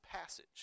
passage